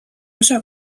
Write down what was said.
osa